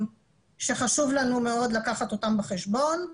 שחשוב לנו מאוד לקחת אותם בחשבון,